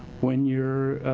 when you're,